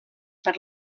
per